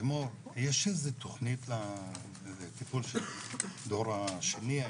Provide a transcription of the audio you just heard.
לימור יש איזו תוכנית לטיפול לדור השני?